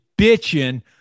bitching